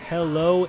Hello